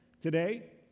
today